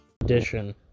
edition